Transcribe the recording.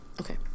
Okay